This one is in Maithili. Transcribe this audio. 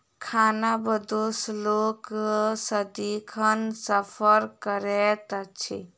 खानाबदोश लोक सदिखन सफर करैत अछि